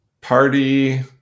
Party